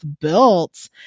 built